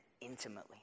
intimately